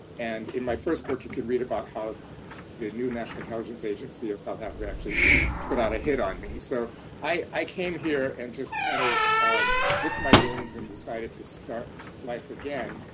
and in my first book, you can read about how the new national intelligence agency of south africa actually put out a hit on me. so i came here and just kind of licked my wounds and decided to start life again.